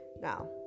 now